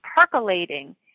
percolating